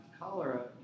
cholera